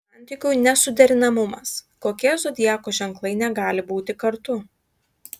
santykių nesuderinamumas kokie zodiako ženklai negali būti kartu